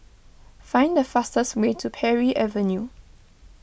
find the fastest way to Parry Avenue